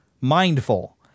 mindful